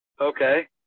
Okay